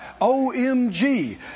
OMG